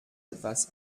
etwas